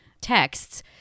texts